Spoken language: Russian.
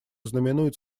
знаменует